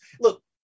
Look